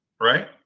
right